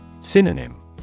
Synonym